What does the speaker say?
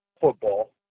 football